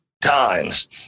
times